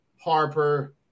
Harper